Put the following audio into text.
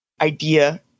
idea